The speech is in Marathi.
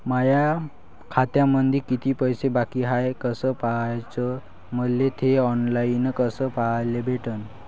माया खात्यामंधी किती पैसा बाकी हाय कस पाह्याच, मले थे ऑनलाईन कस पाह्याले भेटन?